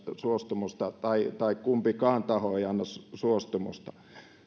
suostumusta tai tai kumpikaan taho ei anna suostumusta